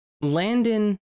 Landon